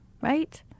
right